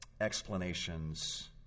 explanations